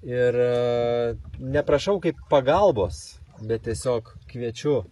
ir ne prašau kaip pagalbos bet tiesiog kviečiu